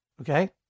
Okay